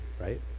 right